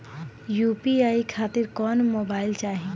UPI खातिर कौन mobile चाहीं?